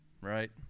Right